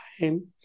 time